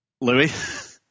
Louis